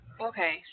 Okay